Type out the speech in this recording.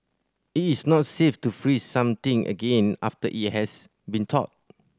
it is not safe to freeze something again after it has been thawed